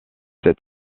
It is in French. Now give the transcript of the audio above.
cet